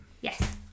Yes